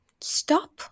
stop